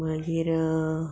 मागीर